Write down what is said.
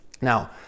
Now